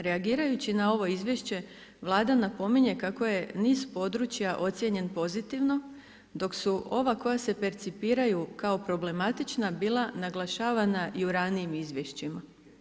Reagirajući na ovo izvješće, Vlada napominje kako je niz područja ocjenjen pozitivno, dok su ova koja se percipiraju kao problematična bila naglašavana i u ranijim izvješćima.